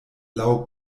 laŭ